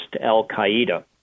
al-Qaeda